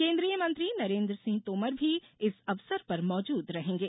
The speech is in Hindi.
केन्द्रीय मंत्री नरेन्द्र सिंह तोमर भी इस अवसर पर मौजूद रहेंगे